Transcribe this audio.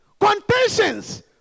Contentions